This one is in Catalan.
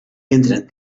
entren